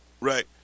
right